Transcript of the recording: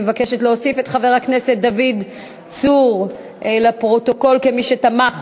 אני מבקשת להוסיף לפרוטוקול את חבר הכנסת דוד צור כמי שתמך